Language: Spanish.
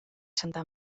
santa